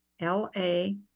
L-A